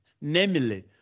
namely